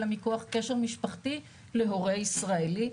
אלא מכוח קשר משפחתי להורה ישראלי.